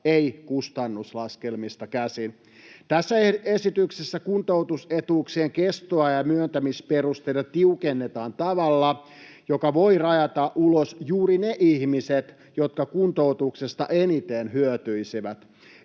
ei kustannuslaskelmista, käsin. Tässä esityksessä kuntoutusetuuksien kestoa ja myöntämisperusteita tiukennetaan tavalla, joka voi rajata ulos juuri ne ihmiset, jotka kuntoutuksesta eniten hyötyisivät.